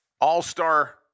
all-star